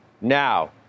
now